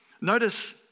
Notice